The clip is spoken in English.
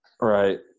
Right